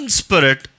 spirit